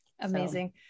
Amazing